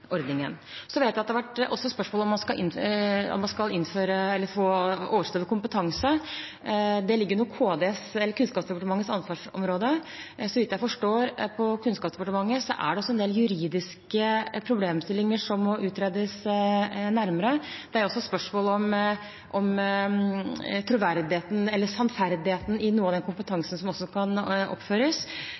Så vet jeg at det også har vært spørsmål om man skal få en oversikt over kompetanse. Det ligger under Kunnskapsdepartementets ansvarsområde. Så vidt jeg forstår på Kunnskapsdepartementet, er det en del juridiske problemstillinger som må utredes nærmere. Det er også spørsmål om sannferdigheten i noe av den kompetansen som kan oppføres.